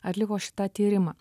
atliko šitą tyrimą